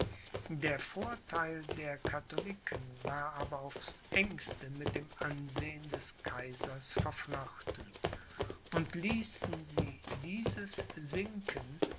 der vortheil der katholiken war aber aufs engste mit dem ansehen des kaisers verflochten und ließen sie dieses sinken